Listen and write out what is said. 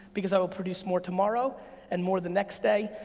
because i will produce more tomorrow and more the next day.